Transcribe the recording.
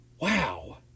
Wow